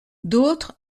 d’autres